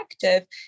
effective